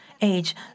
age